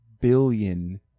billion